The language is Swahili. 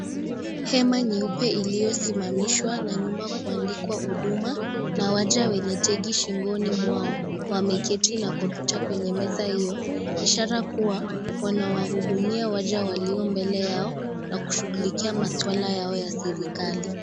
Hema nyeupe iliyosimamishwa na nyuma kuandikwa Huduma na waja wenye tegi shingoni mwao wameketi na kompyuta kwenye meza hiyo ishara kuwa wanawahudumia waja walio mbele yao na kushughulikia maswala yao ya serikali.